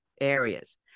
areas